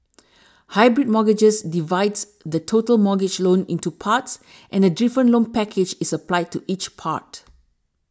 hybrid mortgages divides the total mortgage loan into parts and a different loan package is applied to each part